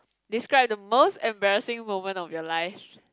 describe the most embarrassing moment of your life